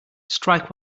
strike